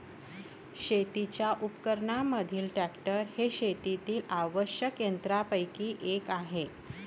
शेतीच्या उपकरणांमधील ट्रॅक्टर हे शेतातील आवश्यक यंत्रांपैकी एक आहे